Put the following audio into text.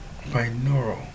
Binaural